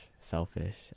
selfish